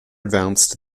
advanced